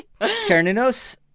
Kareninos